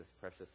precious